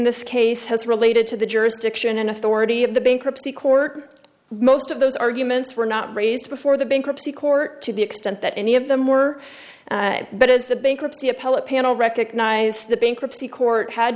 this case has related to the jurisdiction and authority of the bankruptcy court most of those arguments were not raised before the bankruptcy court to the extent that any of them were but as the bankruptcy appellate panel recognized the bankruptcy court had